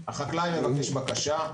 החקלאי מבקש בקשה.